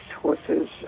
horses